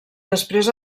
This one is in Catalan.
després